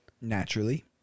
Naturally